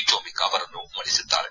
Tomic ಅವರನ್ನು ಮಣಿಸಿದ್ದಾರೆ